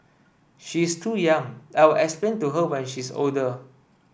she is too young I'll explain to her when she's older